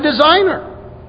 designer